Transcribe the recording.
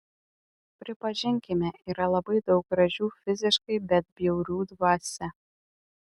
pripažinkime yra labai daug gražių fiziškai bet bjaurių dvasia